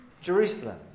Jerusalem